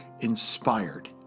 inspired